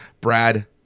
Brad